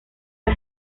las